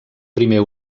primer